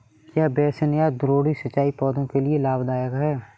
क्या बेसिन या द्रोणी सिंचाई पौधों के लिए लाभदायक है?